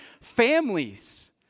families